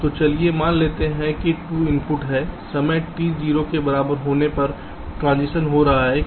तो चलिए मान लेते हैं कि 2 इनपुट हैं समय t0 के बराबर होने पर ट्रांज़िशन हो रहे हैं